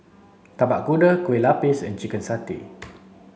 tapak kuda kueh lapis and chicken satay